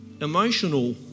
emotional